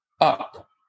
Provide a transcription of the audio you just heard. up